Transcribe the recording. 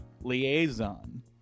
liaison